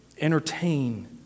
entertain